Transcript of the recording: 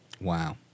Wow